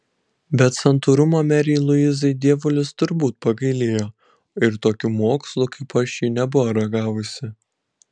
bet santūrumo merei luizai dievulis turbūt pagailėjo o ir tokių mokslų kaip aš ji nebuvo ragavusi